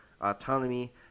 autonomy